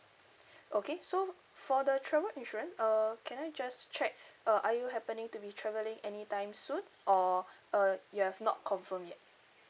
okay so for the travel insurance uh can I just check uh are you happening to be traveling anytime soon or uh you have not confirmed yet